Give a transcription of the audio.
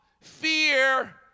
fear